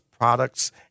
products